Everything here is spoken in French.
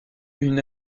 une